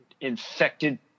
infected